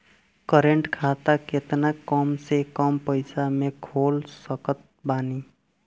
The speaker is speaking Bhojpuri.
करेंट खाता केतना कम से कम पईसा से खोल सकत बानी?